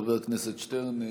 חבר הכנסת שטרן,